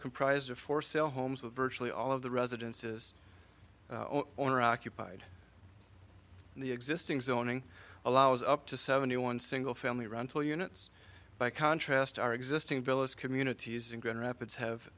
comprised of for sale homes with virtually all of the residences owner occupied and the existing zoning allows up to seventy one single family rental units by contrast our existing villas communities in grand rapids have